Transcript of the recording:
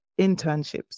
internships